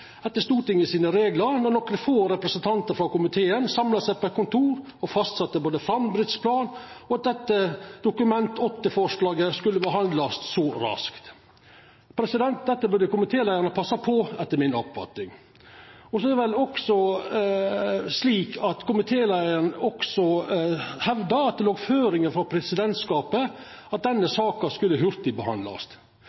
etter Stortinget sine reglar då nokre få representantar frå komiteen samla seg på eit kontor og fastsette både framdriftsplanen og at dette Dokument 8-forslaget skulle behandlast så raskt. Dette burde komitéleiaren ha passa på, etter mi oppfatning. Så vart det vel også hevda frå komitéleiaren si side at det låg føringar frå presidentskapet om at